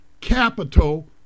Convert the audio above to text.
capital